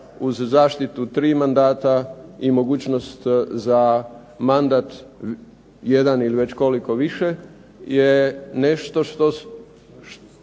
uz zaštitu tri mandata i mogućnost za mandat jedan ili već koliko više je nešto što